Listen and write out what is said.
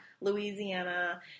Louisiana